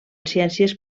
ciències